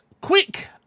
quick